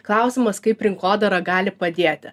klausimas kaip rinkodara gali padėti